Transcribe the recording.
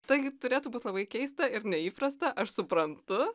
taigi turėtų būti labai keista ir neįprasta aš suprantu